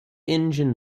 engine